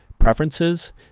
Preferences